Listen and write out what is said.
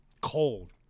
Cold